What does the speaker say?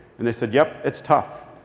and they said, yep. it's tough.